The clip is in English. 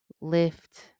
lift